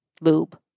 lube